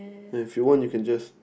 and if you want you can just